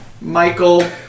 Michael